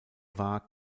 war